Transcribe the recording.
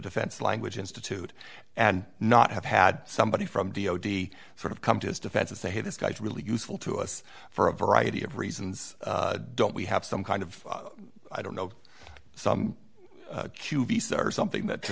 defense language institute and not have had somebody from d o d sort of come to his defense and say hey this guy is really useful to us for a variety of reasons don't we have some kind of i don't know some q b star something that